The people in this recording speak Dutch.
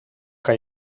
kan